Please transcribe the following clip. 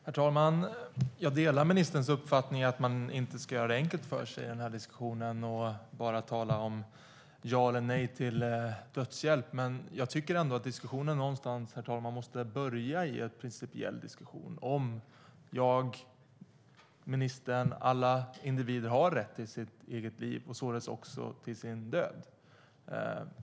Herr talman! Jag delar ministerns uppfattning att man inte ska göra det enkelt för sig i den här diskussionen och bara tala om ja eller nej till dödshjälp. Men jag tycker ändå, herr talman, att diskussionen måste börja i en principiell diskussion om huruvida jag, ministern och alla individer har rätt till sitt eget liv och således också till sin död.